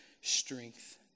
strength